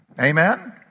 Amen